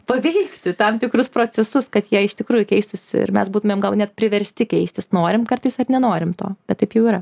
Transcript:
paveikti tam tikrus procesus kad jie iš tikrųjų keistųsi ir mes būtumėm gal net priversti keistis norim kartais ar nenorim to bet taip jau yra